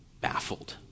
baffled